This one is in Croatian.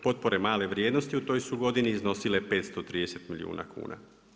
Potpore male vrijednosti u toj su godini iznosile 530 milijuna kuna.